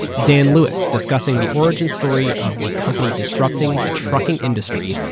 dan lewis, discussing the origin story of the company, disrupting the trucking industry,